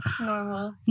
normal